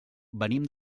venim